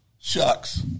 Shucks